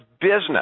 business